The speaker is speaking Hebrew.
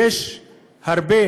יש פסיקות רבות של בג"ץ ויש הרבה מקרים.